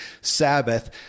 Sabbath